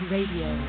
Radio